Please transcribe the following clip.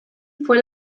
fue